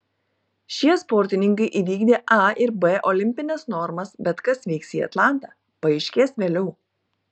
šie sportininkai įvykdė a ir b olimpines normas bet kas vyks į atlantą paaiškės vėliau